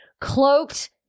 cloaked